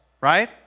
right